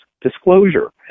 disclosure